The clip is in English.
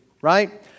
right